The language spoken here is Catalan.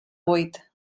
buit